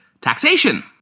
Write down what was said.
taxation